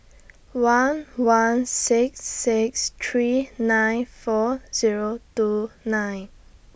one one six six three nine four Zero two nine